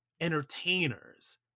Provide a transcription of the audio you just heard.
entertainers